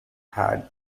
had